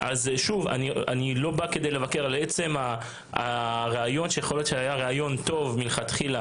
אני לא בא כדי לבקר על עצם הרעיון שיכול להיות שהיה רעיון טוב מלכתחילה,